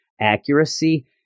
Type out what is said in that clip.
accuracy